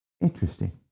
Interesting